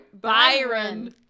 Byron